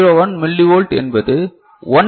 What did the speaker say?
01 millivolt என்பது 1 L